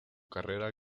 carrera